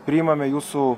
priimame jūsų